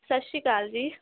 ਸਤਿ ਸ਼੍ਰੀ ਅਕਾਲ ਜੀ